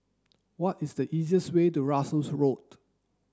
what is the easiest way to Russels Road